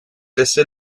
laissait